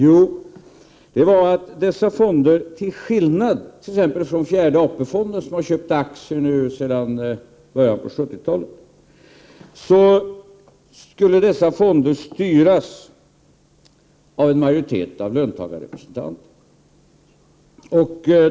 Jo, det var att dessa fonder skulle styras av en majoritet av löntagarrepresentanter, till skillnad från t.ex. 4:e AP-fonden, som har köpt aktier sedan början av 1970-talet.